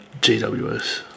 GWS